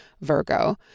Virgo